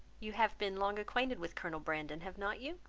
you have been long acquainted with colonel brandon, have not you?